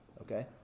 Okay